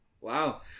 Wow